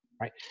right